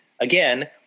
Again